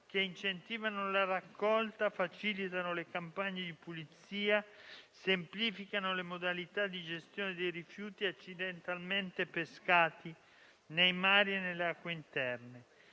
che incentivano la raccolta; facilitano le campagne di pulizia; semplificano le modalità di gestione dei rifiuti accidentalmente pescati nei mari e nelle acque interne;